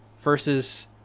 versus